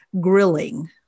grilling